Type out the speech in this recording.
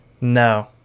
No